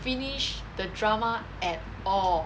finish the drama at all